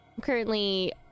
currently